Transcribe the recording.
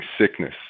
sickness